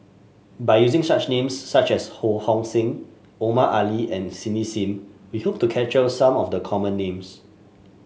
by using such names such as Ho Hong Sing Omar Ali and Cindy Sim we hope to capture some of the common names